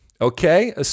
okay